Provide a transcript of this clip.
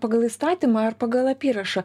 pagal įstatymą ar pagal apyrašą